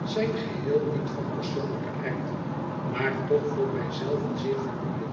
zijn geheel niet van persoonlijken aard maar toch voor mij zelven zeer voldoende